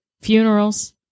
funerals